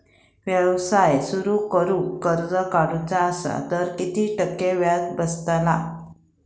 व्यवसाय सुरु करूक कर्ज काढूचा असा तर किती टक्के व्याज बसतला?